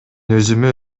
өзүмө